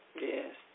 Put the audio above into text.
Yes